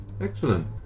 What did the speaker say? Excellent